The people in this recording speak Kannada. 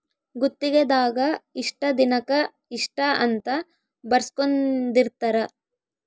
ಗುತ್ತಿಗೆ ದಾಗ ಇಷ್ಟ ದಿನಕ ಇಷ್ಟ ಅಂತ ಬರ್ಸ್ಕೊಂದಿರ್ತರ